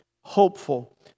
hopeful